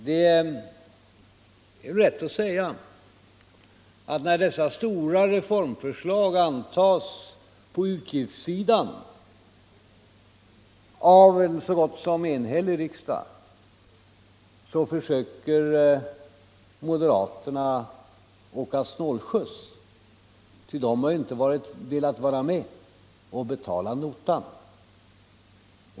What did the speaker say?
Det kan med rätta sägas att när dessa stora reformförslag antas på utgiftssidan av en så gott som enhällig riksdag försöker moderaterna åka snålskjuts, ty de har inte velat vara med och betala notan.